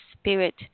Spirit